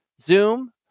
Zoom